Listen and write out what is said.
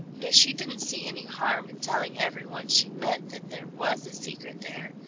but she didn't see any harm in telling every one she met that there was a secret there,